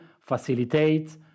facilitate